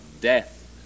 death